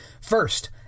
First